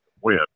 win